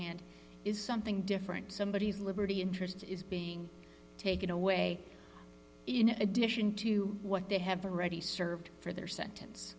hand is something different somebody has liberty interest is being taken away in addition to what they have already served for their sentence